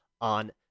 on